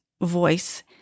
voice